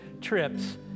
trips